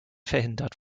verhindert